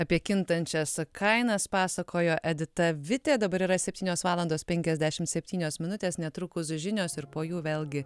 apie kintančias kainas pasakojo edita vitė dabar yra septynios valandos penkiasdešim septynios minutės netrukus žinios ir po jų vėlgi